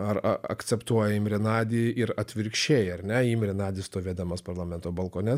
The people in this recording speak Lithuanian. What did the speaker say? ar a akceptuoja imrę nadį ir atvirkščiai ar ne imrė nadis stovėdamas parlamento balkone